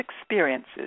experiences